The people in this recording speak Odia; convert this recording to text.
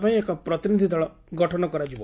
ପାଇଁ ଏକ ପ୍ରତିନିଧ୍ ଦଳ ଗଠନ କରାଯିବ